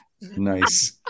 nice